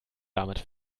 damit